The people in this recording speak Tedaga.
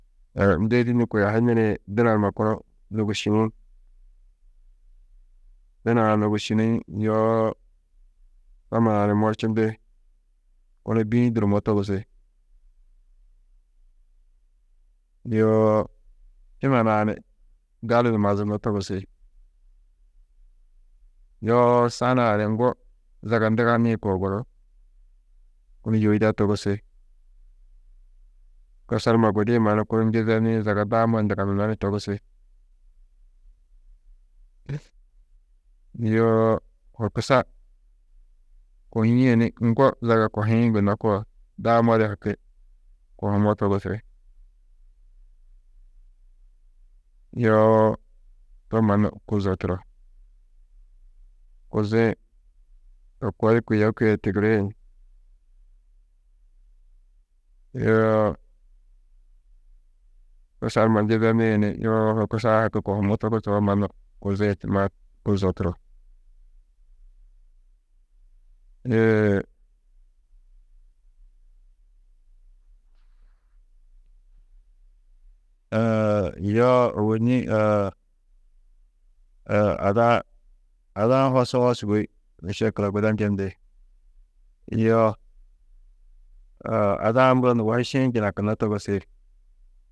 ndedî nû kôi a hi nirĩ duna numa kunu nôgusčini, duna-ã nôgusčini, yoo soma nuã ni morčindi, kunu bî-ĩ durumó togusi, yoo šima nuã ni gali di mazunó togusi, yoo sa nuã ni ŋgo zaga nduganĩ koo gunú, kunu yôida togusi, kusar numa gudi-ĩ mannu kunu njizeni zaga daamo nduganunó ni togusi, yoo horkusa kohîe ni ŋgo zaga kohiĩ gunnó koo, daamodi haki kohumó togusi. Yoo to mannu kuzo turo, kuzi-ĩ to koo di kuye, kuye di tigiri ni yoo kusar numa njizeni ni yoo horkusu-ã haki kohumó togusoo mannu kuzi-ĩ kuzo turo. yoo ôwonni ada-ã, ada-ã hosuwo sûgoi mešekila guda njendi, yo ada-ã muro nubo hi šiĩ njinakunnó togusi.